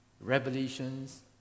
Revelations